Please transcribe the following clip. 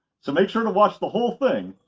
so make sure to watch the whole thing,